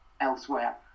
elsewhere